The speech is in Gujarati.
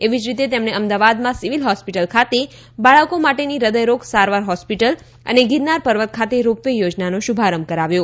એવી જ રીતે તેમણે અમદાવાદમાં સીવીલ હોસ્પિટલ ખાતે બાળકો માટેની હદયરોગ સારવાર હોસ્પિટલ અને ગીરનાર પર્વત ખાતે રોપ વે યોજનાનો શ્રભારંભ કરાવ્યો